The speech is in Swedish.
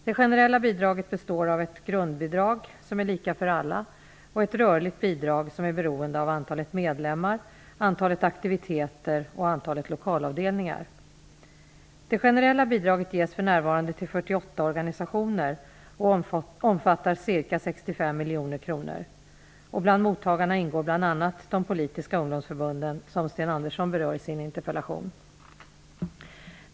Det generella bidraget består av ett grundbidrag som är lika för alla och ett rörligt bidrag som är beroende av antalet medlemmar, antalet aktiviteter och antalet lokalavdelningar. Det generella bidraget ges för närvarande till 48 organisationer och omfattar ca 65 miljoner kronor. Bland mottagarna ingår bl.a. de politiska ungdomsförbunden, som Sten Andersson berör i sin interpellation.